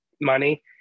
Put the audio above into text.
money